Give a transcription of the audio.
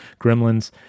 gremlins